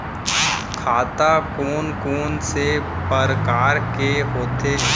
खाता कोन कोन से परकार के होथे?